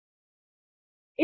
वह ऐसा नहीं करता है